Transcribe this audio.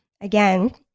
Again